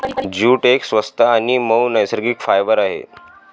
jute एक स्वस्त आणि मऊ नैसर्गिक फायबर आहे